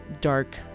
dark